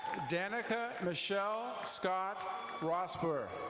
danica michelle scott rosburg.